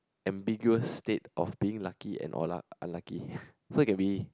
am bigger state of being lucky and or unlucky so it can be